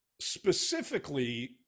specifically